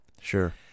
Sure